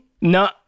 No